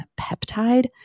peptide